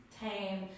tame